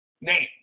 name